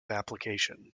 application